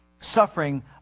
suffering